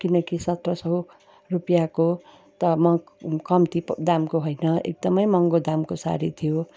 किनकि सत्र सय रुपियाँको त म कम्ती दामको होइन एकदमै महँगो दामको सारी थियो